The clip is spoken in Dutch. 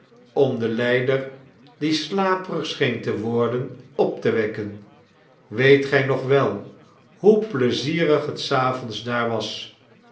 om den lijder dieslaperig scheen te worden op te wekken weet gij nog wel hoe pleizierig het s avonds daar was